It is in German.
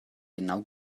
genau